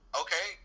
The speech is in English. okay